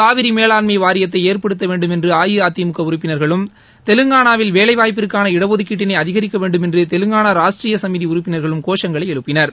காவிரிமேலாண்மைவாரியத்தைஏற்படுத்தவேண்டும் என்றுஅஇஅதிமுகஉறுப்பினர்களும் தெலுங்கானாவில் வேலைவாய்ப்பிற்காள இடஒதுக்கீட்டினைஅதிகரிக்கவேண்டும் என்றுதெலுங்கானா ராஷ்ட்ரீயசமிதிஉறுப்பினர்களும் கோஷங்களைஎழுப்பினர்